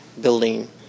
building